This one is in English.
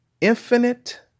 infinite